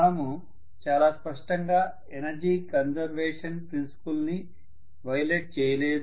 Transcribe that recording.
మనము చాలా స్పష్టంగా ఎనర్జీ కన్సర్వేషన్ ప్రిన్సిపల్ ని వయోలెట్ చేయలేదు